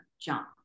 jump